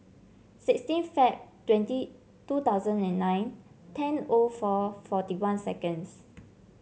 sixteen Feb twenty two thousand and nine ten O four forty one seconds